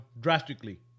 drastically